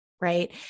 Right